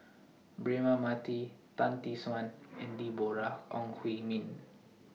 Braema Mathi Tan Tee Suan and Deborah Ong Hui Min